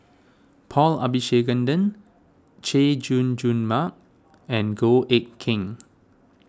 Paul Abisheganaden Chay Jung Jun Mark and Goh Eck Kheng